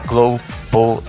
Global